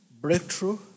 breakthrough